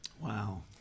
Wow